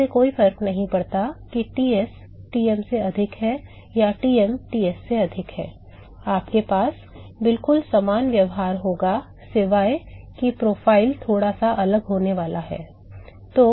इससे कोई फर्क नहीं पड़ता कि Ts Tm से अधिक है या Tm Ts से अधिक है आपके पास बिल्कुल समान व्यवहार होगा सिवाय इसके कि प्रोफाइल थोड़ा सा अलग होने वाला है